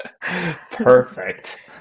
Perfect